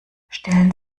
stellen